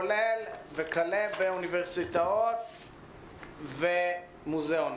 וכלה באוניברסיטאות ומוזאונים.